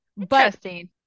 Interesting